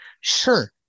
Sure